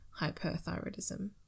hyperthyroidism